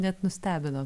net nustebino